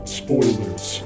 spoilers